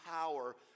power